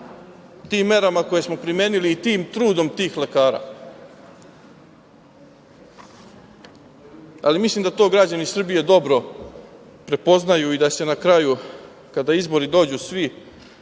tim merama koje smo primeni i tim trudom tih lekara. Ali, mislim da to građani Srbije dobro prepoznaju i da se na kraju kada izbori dođu svi